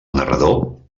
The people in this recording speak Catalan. narrador